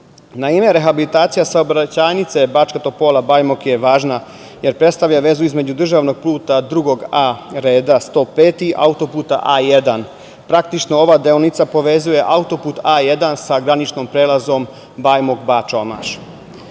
rehabilitacija saobraćajnice Bačka Topola – Bajmok je važna jer predstavlja vezu između državnog puta II A reda, 105, auto-puta A1. Praktično, ova deonica povezuje auto-put A1 sa graničnim prelazom Bajmok-Bačalmaš. Svesni